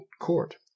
Court